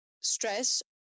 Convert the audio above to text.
stress